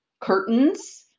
curtains